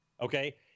okay